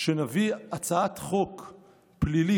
שנביא הצעת חוק פלילי,